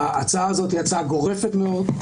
ההצעה הזאת היא הצעה גורפת מאוד,